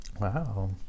Wow